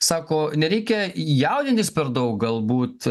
sako nereikia jaudintis per daug galbūt